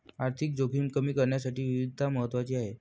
आर्थिक जोखीम कमी करण्यासाठी विविधता महत्वाची आहे